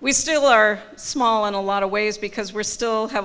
we still are small in a lot of ways because we're still have a